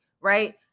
right